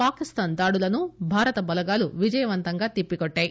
పాకిస్తాన్ దాడులను భారత బలగాలు విజయవంతంగా తిప్పికోట్టాయి